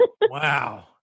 Wow